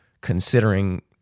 considering